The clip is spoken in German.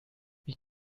wie